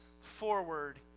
forward